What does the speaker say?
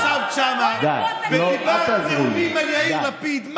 את ישבת שם ודיברת, נאומים על יאיר לפיד.